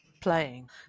playing